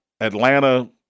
Atlanta